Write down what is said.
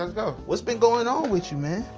ah go. what's been going on with you, man?